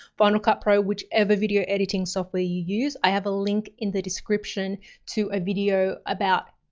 final cut pro, whichever video editing software you use. i have a link in the description to a video about,